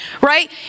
Right